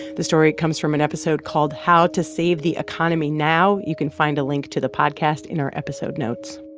the story comes from an episode called how to save the economy now. you can find a link to the podcast in our episode notes